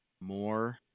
more